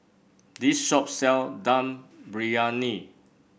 this shop sell Dum Briyani